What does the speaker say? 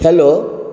hello